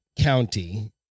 County